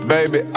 Baby